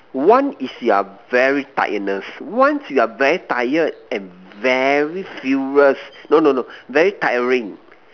one is you're very tiredness once you're very tired and very furious no no no very tiring